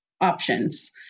options